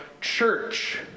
church